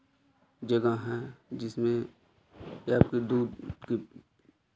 जगह हैं जिसमें या फिर दूध की